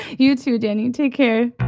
you too, danny. take care